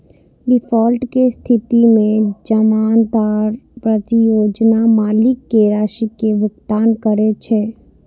default के स्थिति मे जमानतदार परियोजना मालिक कें राशि के भुगतान करै छै